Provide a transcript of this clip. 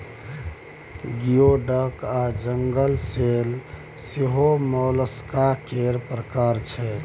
गियो डक आ jingle shell सेहो मोलस्का केर प्रकार छै